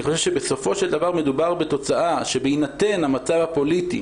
אני חושב שבסופו של דבר התוצאה בהינתן המצב הפוליטי